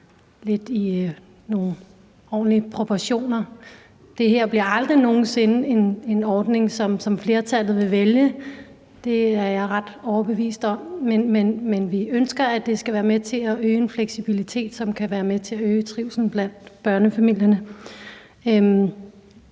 lidt i nogle ordentlige proportioner. Det her bliver aldrig nogen sinde en ordning, som flertallet vil vælge – det er jeg ret overbevist om – men vi ønsker, at det skal være med til at øge en fleksibilitet, som kan være med til at øge trivslen blandt børnefamilierne.